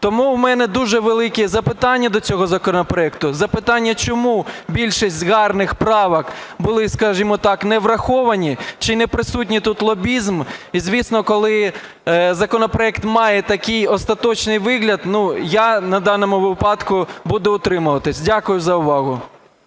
Тому у мене дуже велике запитання до цього законопроекту. Запитання: чому більшість гарних правок були, скажімо так, не враховані, чи не присутній тут лобізм? І, звісно, коли законопроект має такий остаточний вигляд, я в даному випадку буду утримуватися. Дякую за увагу.